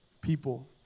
people